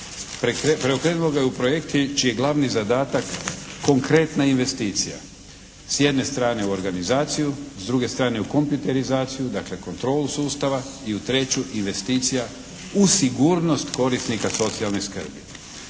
Preokrenulo ga je u projekt čiji je glavni zadatak konkretna investicija. S jedne strane u organizaciju, s druge strane u kompjuterizaciju dakle kontrolu sustava i u treću investicija u sigurnost korisnika socijalne skrbi.